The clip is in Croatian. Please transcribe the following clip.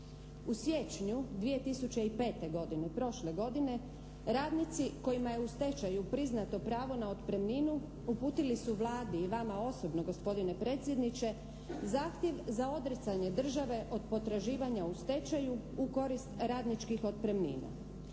U siječnju 2005. godine, prošle godine, radnici kojima je u stečaju priznato pravo na otpremninu, uputili su Vladi i vama osobno gospodine predsjedniče zahtjev za odricanje države od potraživanja u stečaju u korist radničkih otpremnina.